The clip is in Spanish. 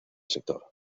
sector